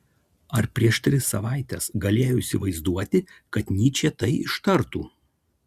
ar prieš tris savaites galėjo įsivaizduoti kad nyčė tai ištartų